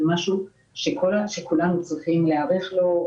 זה משהו שכולנו צריכים להיערך לו.